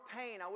pain